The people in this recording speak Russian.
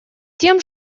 тем